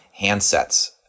handsets